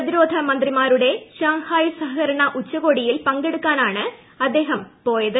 പ്രതിരോധ മന്ത്രിമാരുട്ട് ്ഷാങ്ഹായ് സഹകരണ ഉച്ചകോടിയിൽ പങ്കെടുക്കാനാണ് അദ്ദേഹ്ം പോയത്